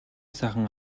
сайхан